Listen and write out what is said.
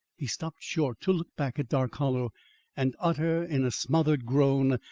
he stopped short to look back at dark hollow and utter in a smothered groan,